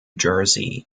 jersey